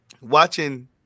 watching